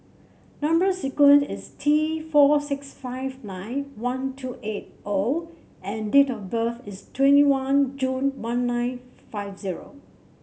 number sequence is T four six five nine one two eight O and date of birth is twenty one June one nine five zero